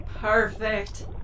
Perfect